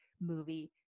movie